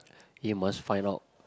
hey must find out